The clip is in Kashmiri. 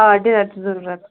آ ڈِنر چھُ ضُروٗرَت